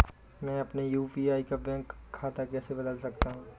मैं अपने यू.पी.आई का बैंक खाता कैसे बदल सकता हूँ?